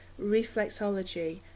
reflexology